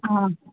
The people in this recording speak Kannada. ಹಾಂ